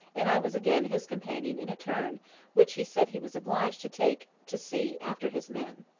and i was again his companion in a turn which he said he was obliged to take to see after his men.